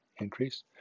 increase